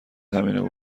همینو